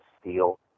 steel